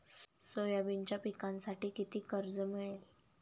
सोयाबीनच्या पिकांसाठी किती कर्ज मिळेल?